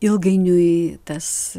ilgainiui tas